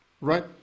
right